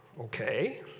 okay